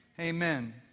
Amen